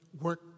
work